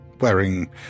wearing